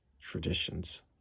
traditions